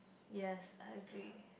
yes I agree